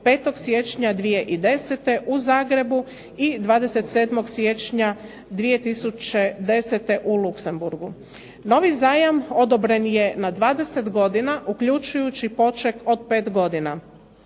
5. siječnja 2010. u Zagrebu i 27. siječnja 2010. u Luksemburgu. Novi zajam odobren je na 20 godina, uključujući poček od 5 godina.